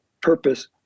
purpose